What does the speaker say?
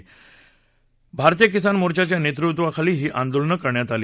नेतृत्व भारतीय किसान मोर्च्याच्या नेतृत्वाखाली ही आंदोलनं करण्यात आली